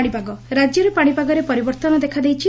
ପାଣିପାଗ ରାକ୍ୟରେ ପାଶିପାଗରେ ପରିବର୍ଭନ ଦେଖାଦେଇଛି